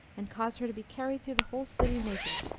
and cause her to be carried through the whole city, naked,